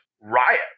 riot